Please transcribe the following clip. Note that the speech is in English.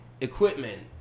equipment